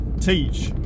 Teach